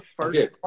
first